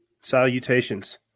Salutations